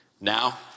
now